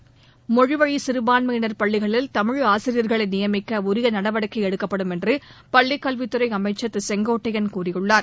தி மொழிவழி சிறபான்மையினர் பள்ளிகளில் தமிழ் ஆசிரியர்களை நியமிக்க உரிய நடவடிக்கை எடுக்கப்படும் என்று பள்ளிக்கல்வித்துறை அமைச்சர் திரு செங்கோட்டையன் கூறியுள்ளார்